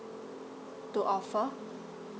to offer